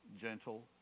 Gentle